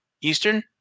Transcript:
Eastern